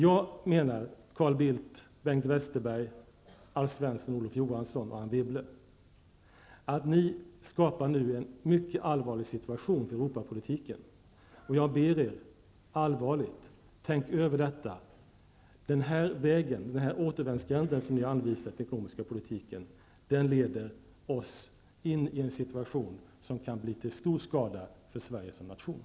Jag menar, Carl Bildt, Bengt Anne Wibble, att ni nu skapar en mycket allvarlig situation när det gäller Europapolitiken, och jag ber er att allvarligt tänka över detta. Denna väg, denna återvändsgränd, som ni har anvisat för den ekonomiska politiken leder oss in i en situation som kan bli till stor skada för Sverige som nation.